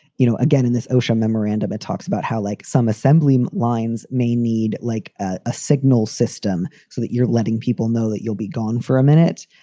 you know, again, in this osha memorandum, it talks about how like some assembly lines may need like a signal system so that you're letting people know that you'll be gone for a minute.